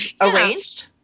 arranged